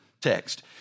text